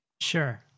Sure